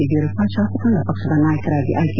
ಯಡಿಯೂರಪ್ಪ ಶಾಸಕಾಂಗ ಪಕ್ಷದ ನಾಯಕರಾಗಿ ಆಯ್ಲೆ